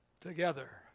together